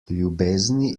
ljubezni